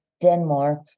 Denmark